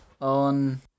on